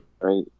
Right